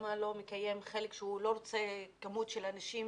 למה לא מקיים חלק שלא רוצה כמות של אנשים